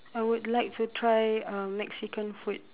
I would like to try uh Mexican food